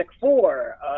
Four